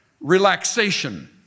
relaxation